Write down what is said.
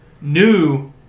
new